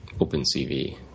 OpenCV